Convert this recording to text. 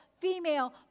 female